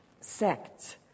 sects